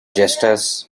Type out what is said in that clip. justus